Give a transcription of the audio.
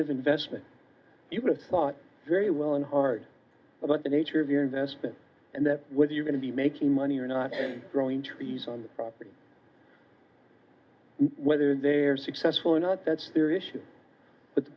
of investment you would have thought very well and hard about the nature of your investment and whether you're going to be making money or not growing trees on the property whether they're successful or not that's their issue but the